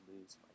lose